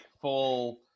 full